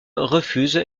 refuse